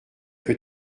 que